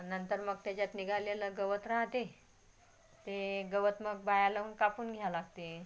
नंतर मग त्याच्यात निघालेलं गवत राहते ते गवत मग बाया लावून कापून घ्यायला लागते